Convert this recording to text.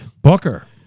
Booker